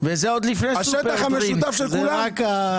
- השטח המשותף של כולם.